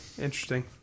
interesting